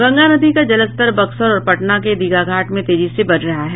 गंगा नदी का जलस्तर बक्सर और पटना के दीघाघाट में तेजी से बढ़ रहा है